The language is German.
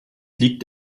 liegt